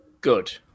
Good